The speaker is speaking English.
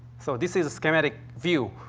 so, this is a schematic view.